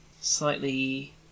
slightly